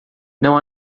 não